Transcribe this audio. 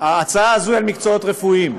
ההצעה הזו היא על מקצועות רפואיים,